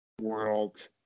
world